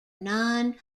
non